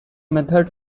method